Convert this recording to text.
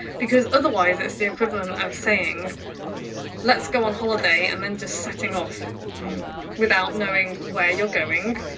because otherwise it's the equivalent of saying let's go on holiday. and then just setting off without knowing where you're going,